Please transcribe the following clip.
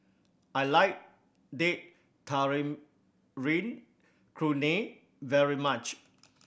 I like Date Tamarind Chutney very much